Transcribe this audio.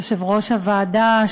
יושב-ראש הוועדה,